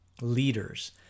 leaders